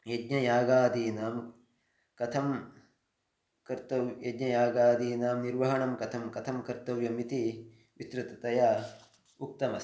यज्ञयागादीनां कथं कर्तव्य् यज्ञयागादीनां निर्वहणं कथं कथं कर्तव्यम् इति विस्तृततया उक्तमस्ति